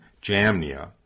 Jamnia